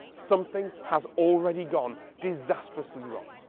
something has already gone disastrously wrong.